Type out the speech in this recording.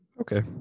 Okay